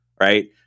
right